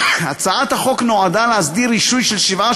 הצעת החוק נועדה להסדיר רישוי של שבעה